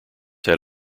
had